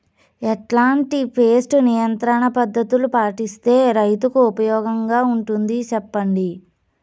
ఎట్లాంటి పెస్ట్ నియంత్రణ పద్ధతులు పాటిస్తే, రైతుకు ఉపయోగంగా ఉంటుంది సెప్పండి?